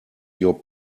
your